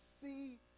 see